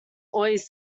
always